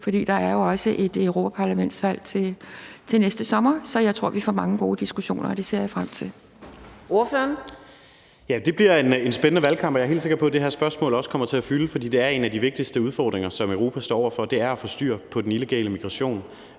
for der er jo også et europaparlamentsvalg til næste sommer. Så jeg tror, vi får mange gode diskussioner, og det ser jeg frem til. Kl. 13:36 Fjerde næstformand (Karina Adsbøl): Ordføreren. Kl. 13:36 Kasper Sand Kjær (S): Ja, det bliver en spændende valgkamp, og jeg er helt sikker på, at det her spørgsmål også kommer til at fylde. For det er en af de vigtigste udfordringer, Europa står over for, altså at få styr på den illegale migration